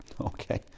Okay